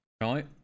right